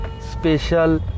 special